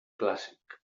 clàssic